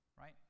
right